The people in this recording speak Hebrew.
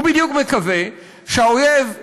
הוא בדיוק מקווה שהאויב שלו,